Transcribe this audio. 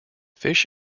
fish